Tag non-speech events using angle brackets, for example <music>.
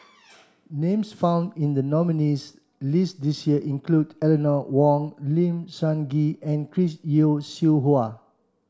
<noise> names found in the nominees' list this year include Eleanor Wong Lim Sun Gee and Chris Yeo Siew Hua